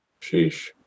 sheesh